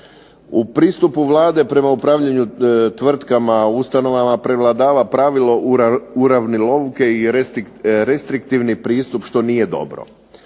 U pristupu Vlade prema upravljanju tvrtkama, ustanovama prevladava pravilo uravnilovke i restriktivni pristup što nije dobro.